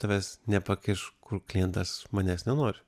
tavęs nepakiš kur klientas manęs nenori